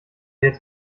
jetzt